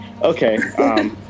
Okay